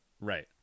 right